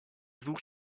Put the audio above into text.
such